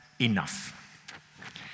enough